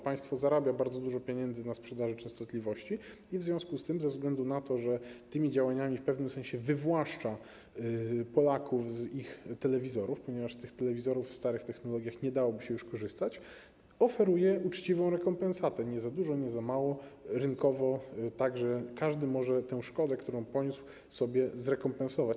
Państwo zarabia bardzo dużo pieniędzy na sprzedaży częstotliwości i w związku z tym, że ze względu na to tymi działaniami w pewnym sensie wywłaszcza Polaków z ich telewizorów, ponieważ z tych telewizorów w starych technologiach nie dałoby się już korzystać, oferuje uczciwą rekompensatę, nie za dużą, nie za małą, rynkową, tak, że każdy może tę szkodę, którą poniósł, sobie zrekompensować.